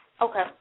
Okay